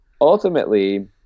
ultimately